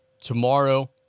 tomorrow